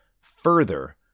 further